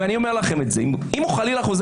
הם שאלו אז עניתי להם כי הם היו מוטרדים.